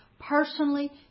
personally